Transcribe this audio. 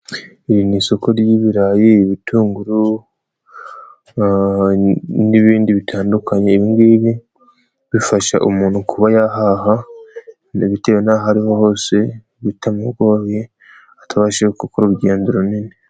Iri ni isoko ry'ibirayi, ibitunguru n'ibindi bitandukanye. Ibi ngibi bifasha umuntu kuba yahaha, bitewe n'aho ariho hose bitamugoye, atabashije gukora urugendo runini.